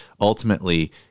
ultimately